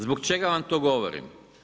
Zbog čega vam to govorim?